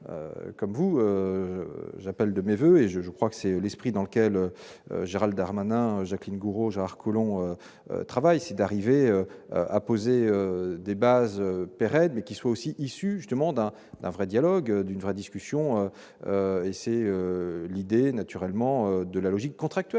comme vous, j'appelle de mes voeux et je crois que c'est l'esprit dans lequel Gérald Herrmann à Jacqueline Gourault Gérard Collomb travaille, c'est d'arriver à poser des bases pérennes mais qui soit aussi issue justement d'un vrai dialogue d'une vraie discussion, et c'est l'idée naturellement de la logique contractuelle